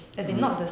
mm